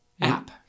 app